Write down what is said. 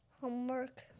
Homework